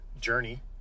journey